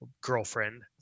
girlfriend